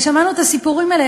ושמענו את הסיפורים האלה,